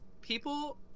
people